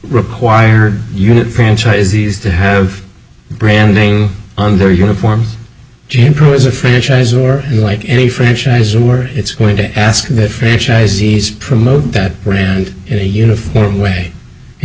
require unit franchisees to have brand name on their uniform jane pro is a franchise or like any franchise or it's going to ask that franchisees promote that brand in a uniform way in